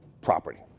property